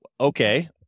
Okay